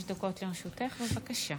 חמש דקות לרשותך, בבקשה.